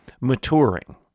maturing